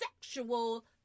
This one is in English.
sexual